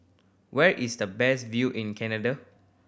where is the best view in Canada